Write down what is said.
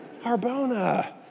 Harbona